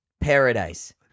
paradise